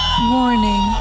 Morning